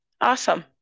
Awesome